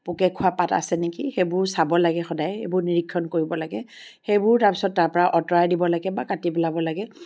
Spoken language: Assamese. পোকে খোৱা পাত আছে নেকি সেইবোৰ চাব লাগে সদায় এইবোৰ নিৰীক্ষণ কৰিব লাগে সেইবোৰ তাৰপিছত তাৰ পৰা অঁতৰাই দিব লাগে বা কাটি পেলাব লাগে